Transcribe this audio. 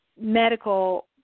medical